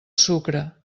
sucre